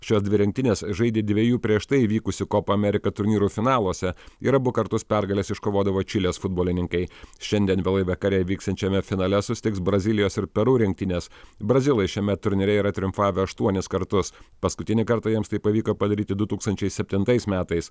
šios dvi rinktinės žaidė dviejų prieš tai įvykusių kopamerika turnyrų finaluose ir abu kartus pergales iškovodavo čilės futbolininkai šiandien vėlai vekare vyksiančiame finale susitiks brazilijos ir peru rinktinės brazilai šiame turnyre yra triumfavę aštuonis kartus paskutinį kartą jiems tai pavyko padaryti du tūkstančiai septintais metais